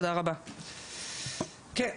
כן.